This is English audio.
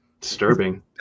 disturbing